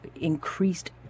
increased